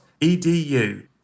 edu